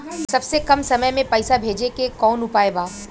सबसे कम समय मे पैसा भेजे के कौन उपाय बा?